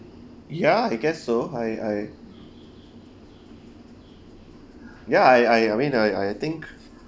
ya I guess so I I ya I I I mean I I think